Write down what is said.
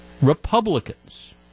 Republicans